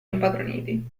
impadroniti